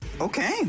Okay